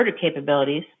capabilities